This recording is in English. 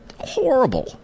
horrible